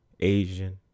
Asian